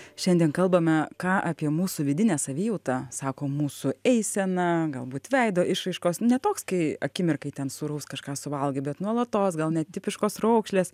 šiandien kalbame ką apie mūsų vidinę savijautą sako mūsų eiseną galbūt veido išraiškos ne toks kai akimirkai ten sūraus kažką suvalgai bet nuolatos gal netipiškos raukšlės